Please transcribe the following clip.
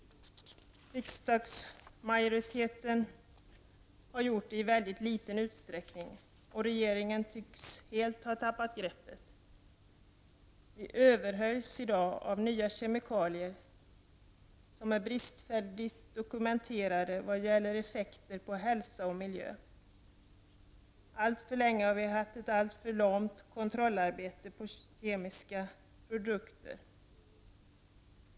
Riksdagsmajoriteten har gjort detta i mycket liten utsträckning, och regeringen tycks helt ha tappat greppet. Vi överhöljs i dag av nya kemikalier. De bristfälligt dokumenterade vad gäller effekter på hälsa och miljö. Alltför länge har vi haft ett alldeles för lamt kontrollarbete på kemiska produkter.